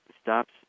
stops